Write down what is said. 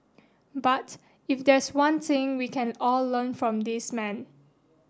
but if there's one thing we can all learn from this man